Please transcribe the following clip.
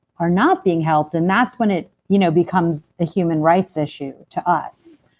are not being helped. and that's when it you know becomes the human rights issue to us.